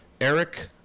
Eric